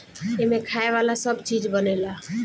एमें खाए वाला सब चीज बनेला